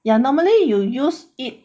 ya normally you use it